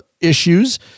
issues